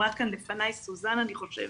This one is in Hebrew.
אמרה כאן לפניי סוזן אני חושבת,